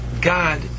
God